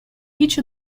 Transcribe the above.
each